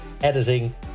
editing